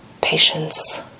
Patience